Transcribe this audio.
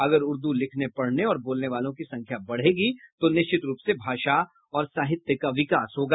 अगर उर्दू लिखने पढ़ने और बोलने वालों की संख्या बढ़ेगी तो निश्चित रूप से भाषा और साहित्य का विकास होगा